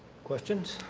questions?